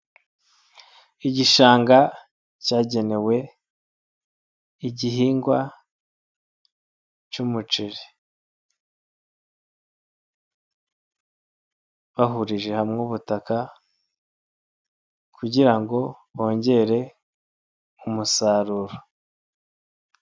Igishanga cyagenewe igihingwa cy'umuceri, bahurije hamwe ubutaka kugira bongere umusaruro.